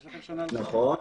נכון.